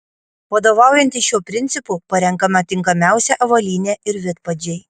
vadovaujantis šiuo principu parenkama tinkamiausia avalynė ir vidpadžiai